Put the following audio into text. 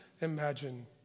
imagine